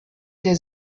der